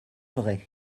vrai